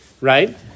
right